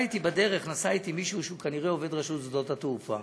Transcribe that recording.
בדרך נסע אתי מישהו שהוא כנראה עובד רשות שדות התעופה,